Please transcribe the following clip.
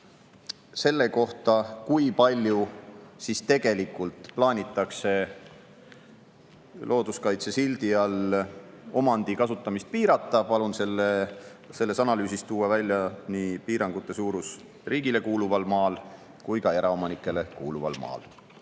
selle kohta, kui palju siis tegelikult plaanitakse looduskaitse sildi all omandi kasutamist piirata. Palun selles analüüsis tuua välja piirangute suuruse nii riigile kuuluval maal kui ka eraomanikule kuuluval maal.